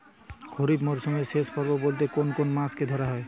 খরিপ মরসুমের শেষ পর্ব বলতে কোন কোন মাস কে ধরা হয়?